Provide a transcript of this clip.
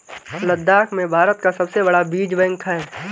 लद्दाख में भारत का सबसे बड़ा बीज बैंक है